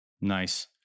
Nice